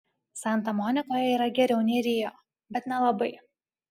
santa monikoje yra geriau nei rio bet nelabai